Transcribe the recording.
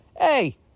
hey